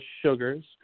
sugars